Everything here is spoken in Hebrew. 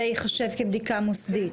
זה ייחשב כבדיקה מוסדית.